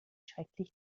schrecklich